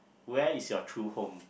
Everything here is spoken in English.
where is your true home